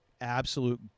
absolute